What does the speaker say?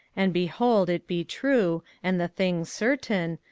and, behold, it be true, and the thing certain,